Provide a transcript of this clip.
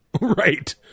right